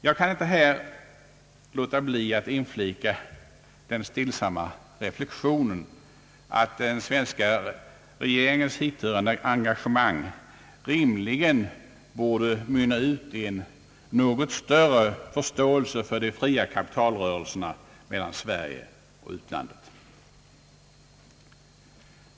Jag kan inte låta bli att här inflicka den stillsamma reflexionen, att den svenska regeringens hithörande engagemang rimligen borde utmynna i en något större förståelse för de fria kapitalrörelserna mellan Sverige och utlandet.